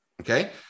Okay